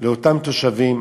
לאותם תושבים,